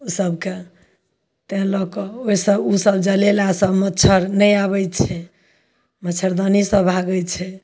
ओसबके ताहि लऽ कऽ ओहि सब ओसब जलेला सँ मच्छर नहि आबै छै मच्छरदानी से भागै छै